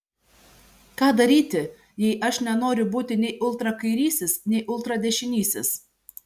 ką daryti jei aš nenoriu būti nei ultrakairysis nei ultradešinysis